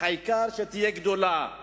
העיקר שתהיה גדולה.